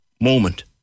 moment